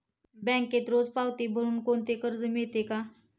बँकेत रोज पावती भरुन कोणते कर्ज मिळते का?